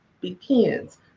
begins